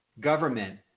government